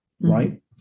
right